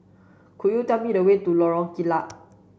could you tell me the way to Lorong Kilat